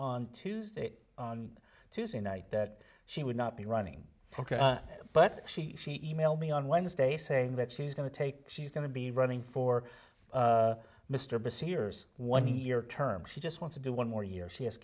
on tuesday on tuesday night that she would not be running ok but she she e mailed me on wednesday saying that she's going to take she's going to be running for mr bush years one year term she just want to do one more year she has